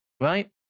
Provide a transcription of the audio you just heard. Right